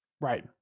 Right